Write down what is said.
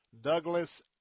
Douglas